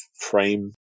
frame